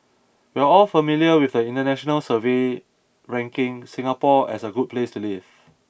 we're all familiar with the international survey ranking Singapore as a good place to live